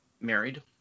Married